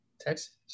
texas